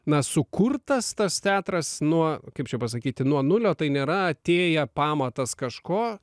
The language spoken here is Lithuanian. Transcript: na sukurtas tas teatras nuo kaip čia pasakyti nuo nulio tai nėra atėję pamatas kažko